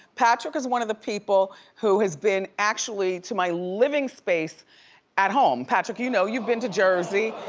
patrick is one of the people who has been actually to my living space at home. patrick, you know you've been to jersey.